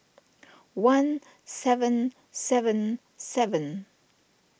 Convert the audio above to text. one seven seven seven